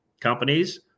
companies